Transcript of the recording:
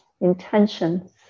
intentions